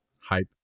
hype